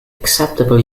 acceptable